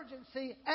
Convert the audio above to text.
urgency